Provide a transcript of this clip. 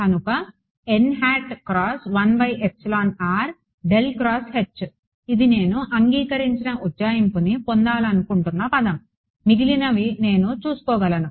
కనుక ఇది నేను అంగీకరించిన ఉజ్జాయింపుని పొందాలనుకుంటున్న పదం మిగిలినవి నేను చూసుకోగలను